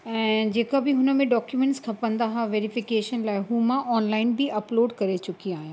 ऐं जेका बि हुन में डॉक्यूमेंट्सम खपंदा हुआ वेरीफिकेशन लाइ उहे मां ऑनलाइन बि अपलोड करे चुकी आहियां